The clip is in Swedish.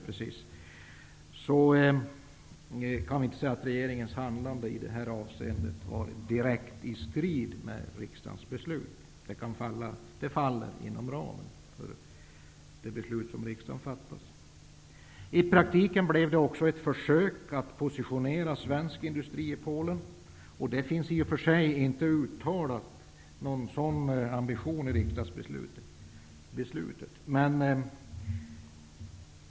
Vi kan inte säga att regeringens handlande i det här avseendet varit direkt i strid med riksdagens beslut. Det faller inom ramen för det beslut som riksdagen fattat. I praktiken blev det också ett försök att ge svensk industri en position i Polen. Någon sådan ambition finns i och för sig inte uttalad i riksdagsbeslutet.